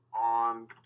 on